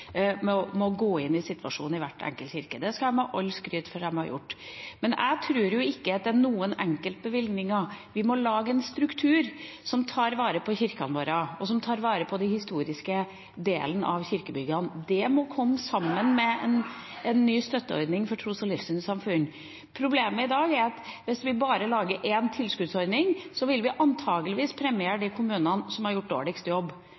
med å gå inn i situasjonen til hver enkelt kirke. Det skal de ha skryt for å ha gjort. Men jeg tror ikke det er noen enkeltbevilgninger som skal til. Vi må lage en struktur som tar vare på kirkene våre, og som tar vare på den historiske delen av kirkebyggene, og det må komme sammen med en ny støtteordning for tros- og livssynssamfunn. Problemet i dag er at hvis vi bare lager én tilskuddsordning, vil vi antakeligvis premiere de kommunene som har gjort dårligst jobb, mens alle de kommunene som virkelig har gjort en jobb